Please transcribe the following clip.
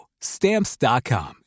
Stamps.com